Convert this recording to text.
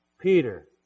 Peter